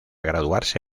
graduarse